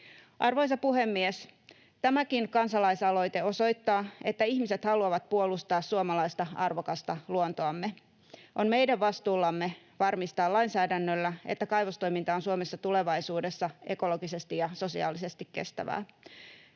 Arvoisa puhemies! Tämäkin kansalaisaloite osoittaa, että ihmiset haluavat puolustaa suomalaista arvokasta luontoamme. On meidän vastuullamme varmistaa lainsäädännöllä, että kaivostoiminta on Suomessa tulevaisuudessa ekologisesti ja sosiaalisesti kestävää.